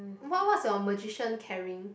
what what's your magician carrying